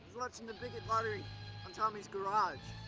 watching the bigot lottery on tommy's garage.